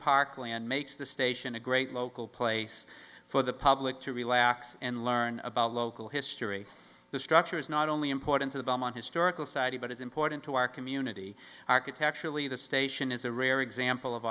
parkland makes the station a great local place for the public to relax and learn about local history the structure is not only important to them on historical society but is important to our community architecturally the station is a rare example of